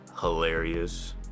Hilarious